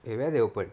wait where they open